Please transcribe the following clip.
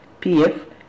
PF